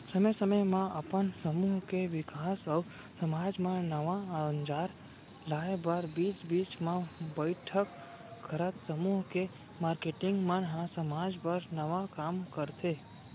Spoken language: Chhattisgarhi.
समे समे म अपन समूह के बिकास अउ समाज म नवा अंजार लाए बर बीच बीच म बइठक करत समूह के मारकेटिंग मन ह समाज बर नवा काम करथे